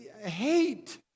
hate